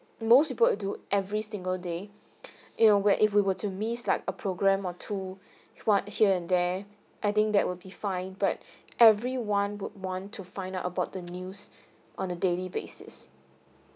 most people will do every single day you know where if we were to miss like a program or to what here and there I think that will be fine but everyone would want to find out about the news on a daily basis